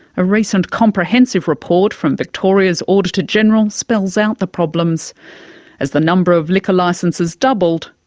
a recent comprehensive report from victoria's auditor-general spells out the problems as the number of liquor licences doubled,